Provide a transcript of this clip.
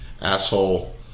asshole